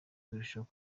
birushaho